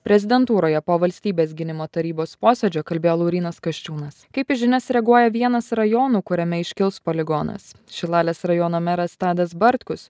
prezidentūroje po valstybės gynimo tarybos posėdžio kalbėjo laurynas kasčiūnas kaip į žinias reaguoja vienas rajonų kuriame iškils poligonas šilalės rajono meras tadas bartkus